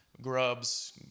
grubs